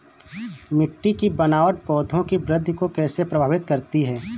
मिट्टी की बनावट पौधों की वृद्धि को कैसे प्रभावित करती है?